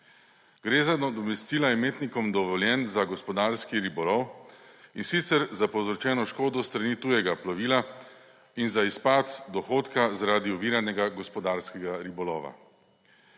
Gre za nadomestila imetnikom dovoljenj za gospodarski ribolov, in sicer za povzročeno škodo s strani tujega plovila, in za izpad dohodka zaradi oviranega gospodarskega ribolova.